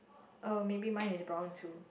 oh maybe mine is brown too